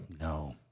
no